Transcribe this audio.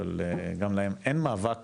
אין מאבק